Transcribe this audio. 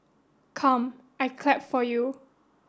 come I clap for you